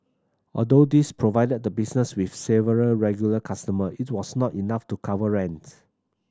although these provided the business with several regular customer it was not enough to cover rent